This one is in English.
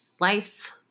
life